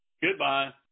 Goodbye